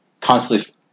constantly